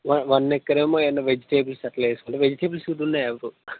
one one acre ఏమో ఏమన్నా vegetables అట్లా వేసుకుంటే వెజిటేబుల్స్వి ఉన్నాయా బ్రో